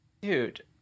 Dude